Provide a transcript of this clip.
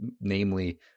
Namely